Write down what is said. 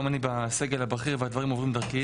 היום אני בסגל הבכיר והדברים עוברים דרכי.